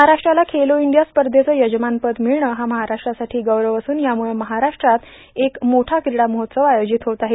महाराष्ट्राला खेलो ईंडिया स्पधचं यजमानपद र्मिळणे हा महाराष्ट्रासाठां गौरव असून यामूळं महाराष्ट्रात एक मोठा क्रींडा महोत्सव आयोजित होत आहे